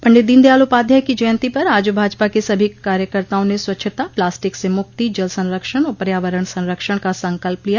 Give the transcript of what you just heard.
पंडित दीनदयाल उपाध्याय की जयन्ती पर आज भाजपा के सभी कार्यकर्ताओं ने स्वच्छता प्लास्टिक से मुक्ति जल संरक्षण और पर्यावरण संरक्षण का संकल्प लिया